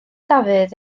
dafydd